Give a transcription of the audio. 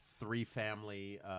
Three-family